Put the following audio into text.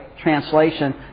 translation